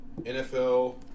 nfl